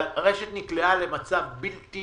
רש"ת נקלעה למצב בלתי